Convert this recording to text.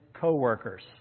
co-workers